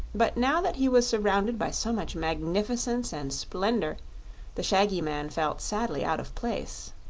but now that he was surrounded by so much magnificence and splendor the shaggy man felt sadly out of place.